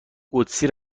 قدسی